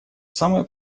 самое